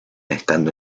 estando